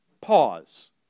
Pause